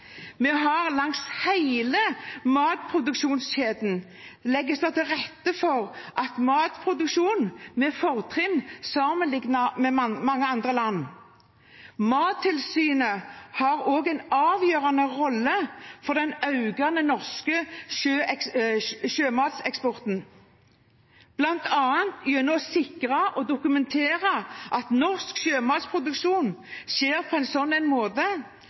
til rette for en matproduksjon med fortrinn sammenlignet med mange andre land. Mattilsynet har også en avgjørende rolle i den økende norske sjømateksporten, bl.a. gjennom å sikre og dokumentere at norsk sjømatproduksjon skjer på en slik måte